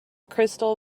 crystal